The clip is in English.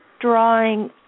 drawing